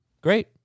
Great